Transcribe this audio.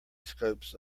scopes